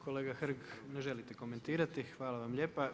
kolega Hrg, ne želite komentirati, hvala vam lijepa.